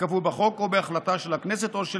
ייקבעו בחוק או בהחלטה של הכנסת או של